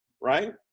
right